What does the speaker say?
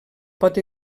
pot